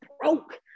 broke